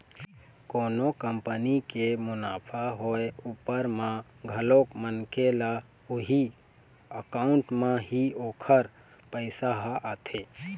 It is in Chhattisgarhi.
कोनो कंपनी के मुनाफा होय उपर म घलोक मनखे ल उही अकाउंट म ही ओखर पइसा ह आथे